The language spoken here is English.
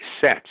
sets